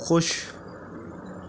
خوش